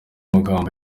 magambo